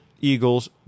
Eagles